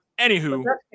anywho